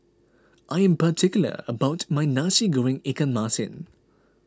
I'm particular about my Nasi Goreng Ikan Masin